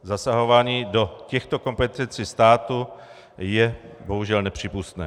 Zasahování do těchto kompetencí státu je bohužel nepřípustné.